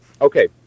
Okay